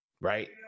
right